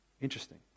Interesting